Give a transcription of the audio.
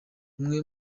umwe